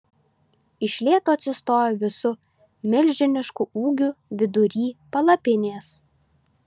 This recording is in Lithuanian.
iš lėto atsistojo visu milžinišku ūgiu vidury palapinės